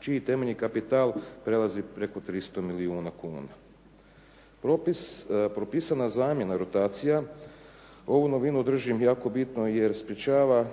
čiji temeljni kapital prelazi preko 300 milijuna kuna. Propisana zamjena rotacija. Ovu novinu držim jako bitnom jer sprječava